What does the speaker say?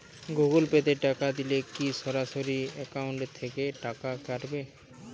Google Pay তে টাকা দিলে কি সরাসরি অ্যাকাউন্ট থেকে টাকা কাটাবে?